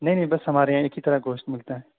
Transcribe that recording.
نہیں نہیں بس ہمارے یہاں ایک ہی طرح کا گوشت ملتا ہے